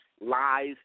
lies